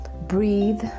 breathe